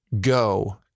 go